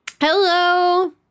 Hello